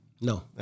no